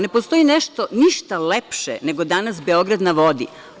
Ne postoji ništa lepše nego danas taj Beograd na vodi.